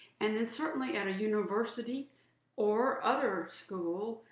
and then certainly at a university or other school,